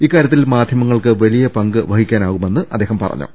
ഇക്കാ രൃത്തിൽ മാധൃമങ്ങൾക്ക് വലിയ പങ്ക് വഹിക്കാനാകുമെന്ന് അദ്ദേഹം പറഞ്ഞു